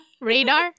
Radar